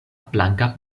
blanka